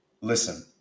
Listen